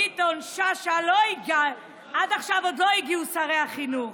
ביטון עד עכשיו עוד לא הגיעו שרי החינוך.